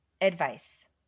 advice